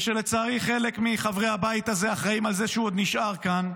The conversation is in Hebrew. ולצערי חלק מחברי הבית הזה אחראים לזה שהוא עוד נשאר כאן.